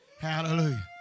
Hallelujah